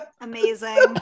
Amazing